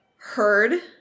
heard